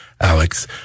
Alex